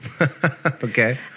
Okay